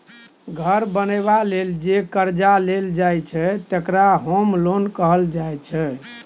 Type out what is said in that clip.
घर बनेबा लेल जे करजा लेल जाइ छै तकरा होम लोन कहल जाइ छै